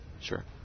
Sure